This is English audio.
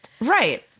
Right